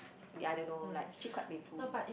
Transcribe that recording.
yea I don't know like actually quite painful